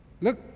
Look